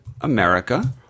America